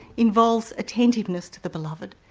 involves attentiveness to the beloved.